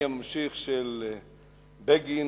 אני הממשיך של בגין,